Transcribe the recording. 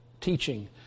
teaching